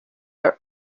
are